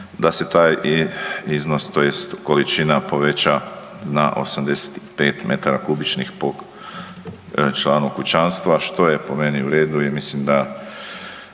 da se taj iznos tj. količina poveća na 85 m3 po članu kućanstva što je po meni u redu i mislim da